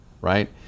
right